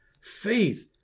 Faith